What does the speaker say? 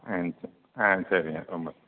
ஆ ஆ சரிங்க ரொம்ப